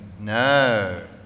No